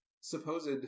supposed